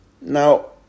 Now